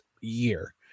year